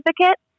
certificate